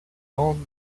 andes